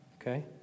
Okay